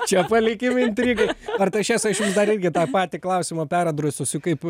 čia palikim intrigą artašesai dar irgi tą patį klausimą peradresuosiu kaip